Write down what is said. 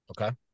Okay